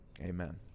Amen